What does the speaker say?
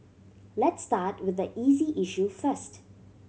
let's start with the easy issue first